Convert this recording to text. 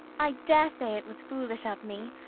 i daresay it was foolish of me,